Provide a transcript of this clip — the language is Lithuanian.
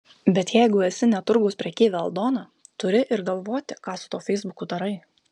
bet jeigu esi ne turgaus prekeivė aldona turi ir galvoti ką su tuo feisbuku darai